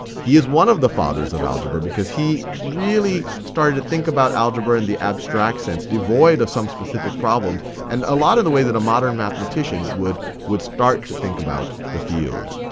he is one of the fathers of algebra because he really started to think about algebra in the abstract sense, devoid of some specific problems and a lot of the way a modern mathematician would would start to think about the field.